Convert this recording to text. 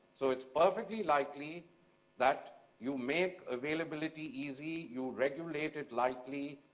so it's perfectly likely that you make availability easy, you regulate it likely,